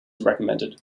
recommended